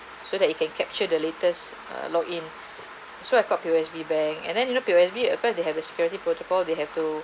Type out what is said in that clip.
so that you can capture the latest uh log in so I called P_O_S_B bank and then you know P_O_S_B of course they have a security protocol they have to